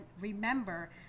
remember